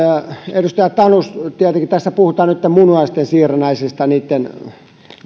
edustaja tanus tietenkin tässä puhutaan nytten munuaissiirrännäisistä ja